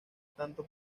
tanto